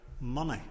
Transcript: money